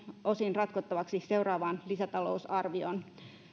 osin ratkottavaksi seuraavaan lisätalousarvioon